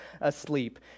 asleep